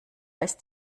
ist